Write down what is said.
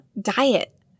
diet